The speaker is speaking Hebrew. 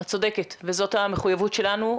את צודקת וזאת המחויבות שלנו.